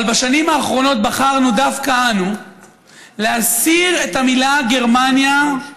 אבל בשנים האחרונות בחרנו דווקא אנו להסיר את המילה "גרמניה"